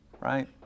right